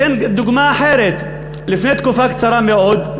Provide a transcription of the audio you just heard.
אתן דוגמה אחרת: לפני תקופה קצרה מאוד,